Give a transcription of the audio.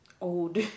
old